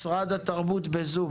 משרד התרבות, בזום.